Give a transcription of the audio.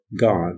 God